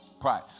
Pride